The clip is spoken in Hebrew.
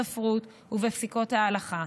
בספרות ובפסיקות ההלכה.